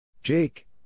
Jake